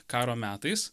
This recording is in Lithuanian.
karo metais